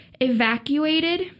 evacuated